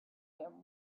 him